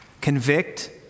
convict